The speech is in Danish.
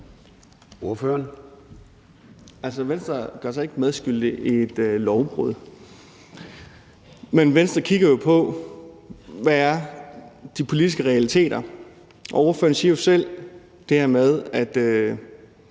Danielsen (V): Venstre gør sig ikke medskyldig i et lovbrud. Men Venstre kigger på, hvad der er de politiske realiteter, og ordføreren siger jo selv det her med, at